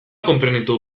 konprenitu